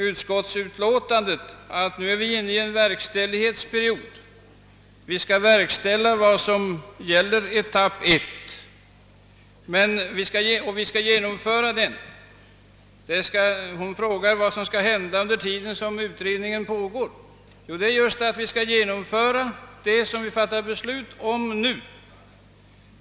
Utskottet framhåller att vi nu är inne i en verkställighetsperiod; vi skall nu genomföra den första etappen. Fröken Olsson frågar vad som skall hända under den tid som utredningen pågår. Jo, då skall vi genomföra de åtgärder som vi fattar beslut om nu.